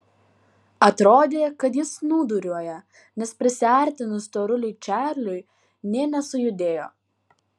atrodė kad jis snūduriuoja nes prisiartinus storuliui čarliui nė nesujudėjo